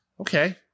Okay